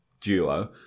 duo